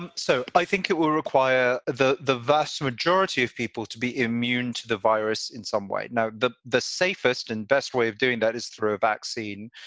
and so i think it will require the the vast majority of people to be immune to the virus in some way. now, the the safest and best way of doing that is through a vaccine.